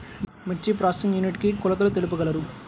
మిర్చి processing unit కి కొలతలు తెలుపగలరు?